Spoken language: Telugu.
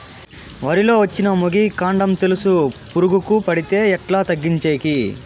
వరి లో వచ్చిన మొగి, కాండం తెలుసు పురుగుకు పడితే ఎట్లా తగ్గించేకి?